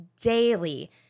daily